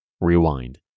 Rewind